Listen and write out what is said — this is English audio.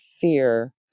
fear